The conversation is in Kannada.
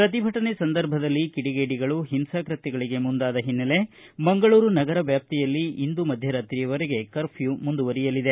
ಪ್ರತಿಭಟನೆ ಸಂದರ್ಭದಲ್ಲಿ ಕಿಡಿಗೇಡಿಗಳು ಹಿಂಸಾಕೃತ್ತಗಳಿಗೆ ಮುಂದಾದ ಹಿನ್ನಲೆ ಮಂಗಳೂರು ನಗರ ವ್ಯಾಪ್ತಿಯಲ್ಲಿ ಇಂದು ಮಧ್ಯರಾತ್ರಿಯವರೆಗೆ ಕರ್ಪ್ಯೂ ಜಾರಿಗೊಳಿಸಲಾಗಿದೆ